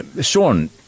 Sean